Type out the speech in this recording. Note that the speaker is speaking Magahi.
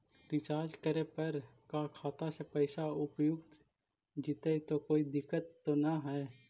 रीचार्ज करे पर का खाता से पैसा उपयुक्त जितै तो कोई दिक्कत तो ना है?